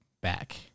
back